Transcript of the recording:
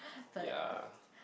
ya